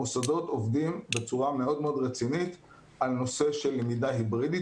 המוסדות עובדים בצורה מאוד מאוד רצינית על נושא של למידה היברידית,